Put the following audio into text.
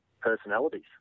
personalities